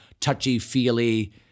touchy-feely